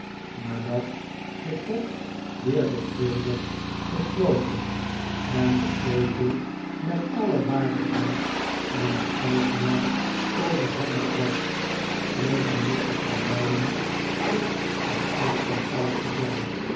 nadat de pot weer zorgvuldig gesloten en den sleutel met alle waardigheid aan den eigenaar overhandigd was kreeg hij nog de vermaning stipt om acht uur thuis te zijn